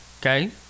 okay